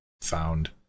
found